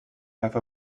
have